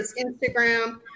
Instagram